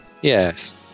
yes